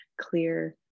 clear